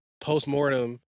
post-mortem